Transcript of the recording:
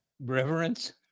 Reverence